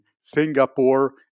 Singapore